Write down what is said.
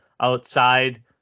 outside